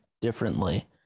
differently